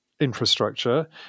infrastructure